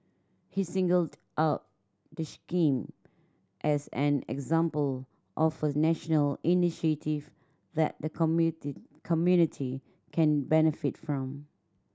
he singled out the scheme as an example of a national initiative that the community community can benefit from